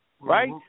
Right